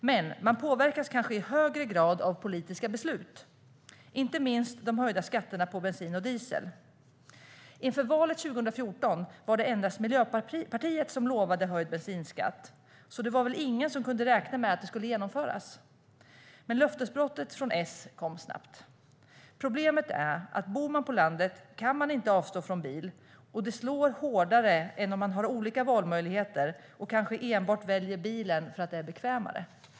Men man påverkas kanske i högre grad av politiska beslut, inte minst de höjda skatterna på bensin och diesel. Inför valet 2014 var det endast Miljöpartiet som lovade höjd bensinskatt, så det var väl ingen som räknade med att det skulle genomföras. Men löftesbrottet från S kom snabbt. Problemet är att bor man på landet kan man inte avstå från bil, och det slår hårdare än om man har olika valmöjligheter och kanske väljer bilen enbart för att det är bekvämare.